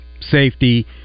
safety